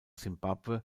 simbabwe